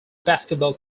basketball